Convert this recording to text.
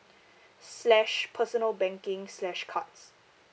slash personal banking slash cards